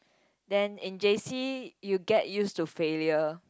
then in J_C you get used to failure